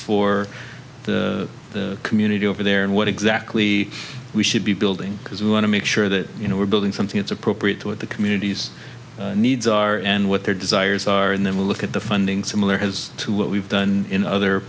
for the community over there and what exactly we should be building because we want to make sure that you know we're building something that's appropriate to what the communities needs are and what their desires are and then we'll look at the funding similar as to what we've done in other